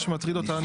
מה שמטריד אותנו